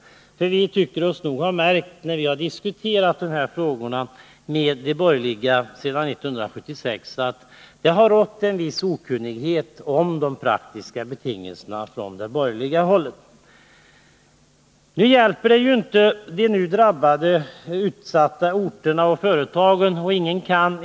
När vi efter Nr 34 regeringsskiftet 1976 har diskuterat de här frågorna tycker vi oss ha märkt att Onsdagen den det på borgerligt håll har rått en viss okunnighet om de praktiska 26 november 1980 betingelserna. För de nu drabbade, utsatta orterna och företagen är alltså inte mycken hjälp att vänta.